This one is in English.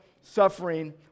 suffering